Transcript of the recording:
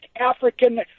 African